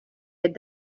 had